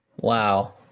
Wow